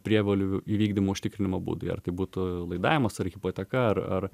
prievolių įvykdymo užtikrinimo būdai ar tai būtų laidavimas ar hipoteka ar ar